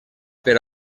per